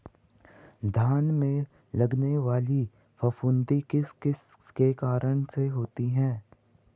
धान में लगने वाली फफूंदी किस किस के कारण होती है?